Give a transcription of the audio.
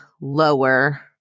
lower